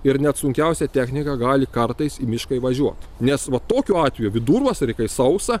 ir net sunkiausia technika gali kartais į mišką įvažiuot nes va tokiu atveju vidurvasarį kai sausa